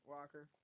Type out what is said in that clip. Walker